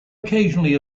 occasionally